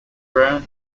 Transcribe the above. brown